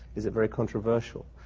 is it very controversial?